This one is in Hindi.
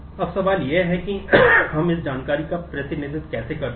अब सवाल यह है कि हम इस जानकारी का प्रतिनिधित्व कैसे करते हैं